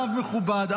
רב מכובד,